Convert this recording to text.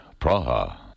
Praha